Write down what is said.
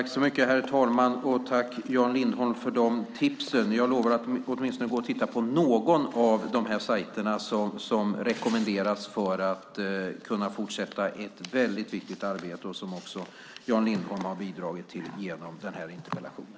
Herr talman! Tack, Jan Lindholm, för tipsen! Jag lovar att åtminstone titta på någon av sajterna som rekommenderas för att kunna fortsätta ett viktigt arbete som också Jan Lindholm har bidragit till med den här interpellationen.